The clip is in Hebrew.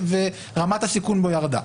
ורמת הסיכון בו ירדה.